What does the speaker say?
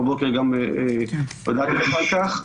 בבוקר גם בוודאי דובר על כך.